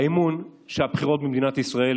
האמון שהבחירות במדינת ישראל